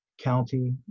County